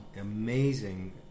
Amazing